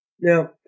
Now